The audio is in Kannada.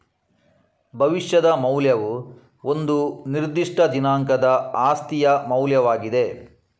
ಭವಿಷ್ಯದ ಮೌಲ್ಯವು ಒಂದು ನಿರ್ದಿಷ್ಟ ದಿನಾಂಕದ ಆಸ್ತಿಯ ಮೌಲ್ಯವಾಗಿದೆ